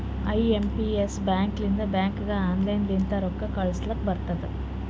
I M P S ಬ್ಯಾಕಿಂದ ಬ್ಯಾಂಕ್ಗ online ಲಿಂತ ರೊಕ್ಕಾ ಕಳೂಸ್ಲಕ್ ಬರ್ತುದ್